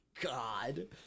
God